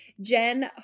Jen